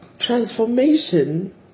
transformation